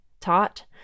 taught